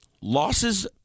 Losses